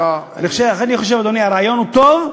אני חושב, אדוני, שהרעיון הוא טוב.